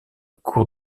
cours